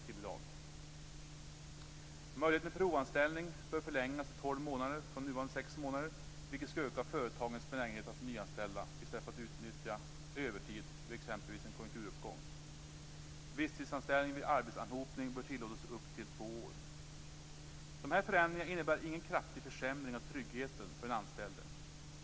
· möjligheten att förlänga tiden för provanställning från nuvarande 6 månader till 12 månader, vilket skulle öka företagens benägenhet att nyanställa i stället för att utnyttja övertid vid exempelvis en konjunkturuppgång. · att tillåta visstidsanställning upp till två år vid arbetsanhopning. Dessa förändringar innebär ingen kraftig försämring av tryggheten för den anställde.